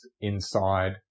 inside